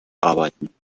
arbeiten